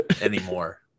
anymore